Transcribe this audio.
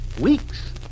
weeks